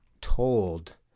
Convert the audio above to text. told